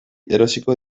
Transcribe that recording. erosiko